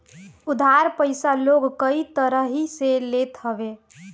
उधार पईसा लोग कई तरही से लेत हवे